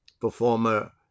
performer